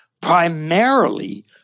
primarily